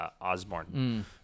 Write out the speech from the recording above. Osborne